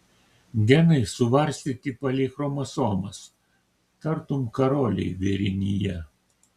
genai suvarstyti palei chromosomas tartum karoliai vėrinyje